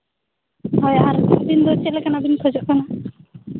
ᱦᱳᱭ ᱟᱹᱵᱤᱱ ᱫᱚ ᱪᱮᱫ ᱞᱮᱠᱟᱱᱟᱜ ᱵᱤᱱ ᱠᱷᱚᱡᱚᱜ ᱠᱟᱱᱟ